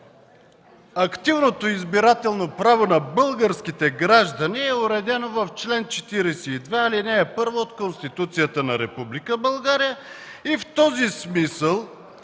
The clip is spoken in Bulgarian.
„Активното избирателно право на българските граждани е уредено в чл. 42, ал. 1 от Конституцията на Република България и в този смисъл